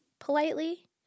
politely